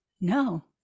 no